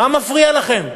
מה מפריע לכם?